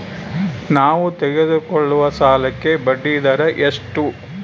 ನಾವು ತೆಗೆದುಕೊಳ್ಳುವ ಸಾಲಕ್ಕೆ ಬಡ್ಡಿದರ ಎಷ್ಟು?